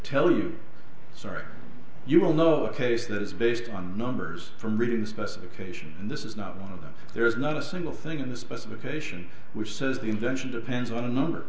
tell you sorry you will know a case that is based on numbers from reading specifications and this is not one of them there is not a single thing in the specification which says the invention depends on